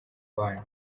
bana